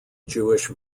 jewish